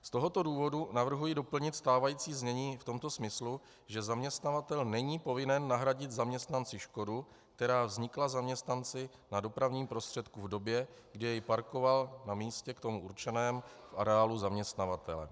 Z tohoto důvodu navrhuji doplnit stávající znění v tomto smyslu, že zaměstnavatel není povinen nahradit zaměstnanci škodu, která vznikla zaměstnanci na dopravním prostředku v době, kdy jej parkoval na místě k tomu určeném v areálu zaměstnavatele.